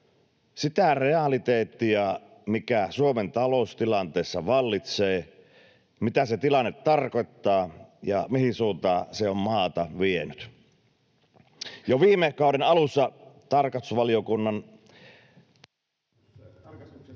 sitä realiteettia, mikä Suomen taloustilanteessa vallitsee, mitä se tilanne tarkoittaa ja mihin suuntaan se on maata vienyt. Jo viime kauden alussa tarkastusvaliokunnan